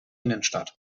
innenstadt